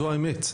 זו האמת.